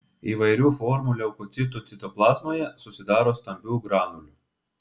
įvairių formų leukocitų citoplazmoje susidaro stambių granulių